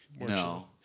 No